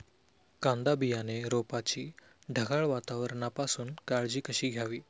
कांदा बियाणे रोपाची ढगाळ वातावरणापासून काळजी कशी घ्यावी?